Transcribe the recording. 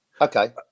Okay